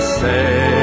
say